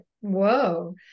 whoa